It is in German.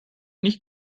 nicht